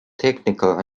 technical